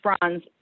bronze